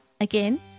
again